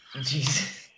Jesus